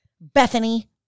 Bethany